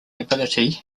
ability